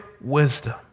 wisdom